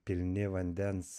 pilni vandens